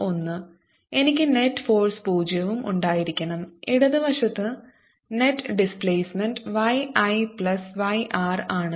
എനിക്ക് net force പൂജ്യവും ഉണ്ടായിരിക്കണം ഇടത് വശത്ത് net displacement y I plus y r ആണ്